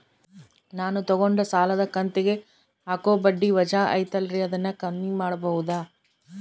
ನಾನು ತಗೊಂಡ ಸಾಲದ ಕಂತಿಗೆ ಹಾಕೋ ಬಡ್ಡಿ ವಜಾ ಐತಲ್ರಿ ಅದನ್ನ ಕಮ್ಮಿ ಮಾಡಕೋಬಹುದಾ?